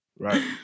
Right